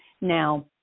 Now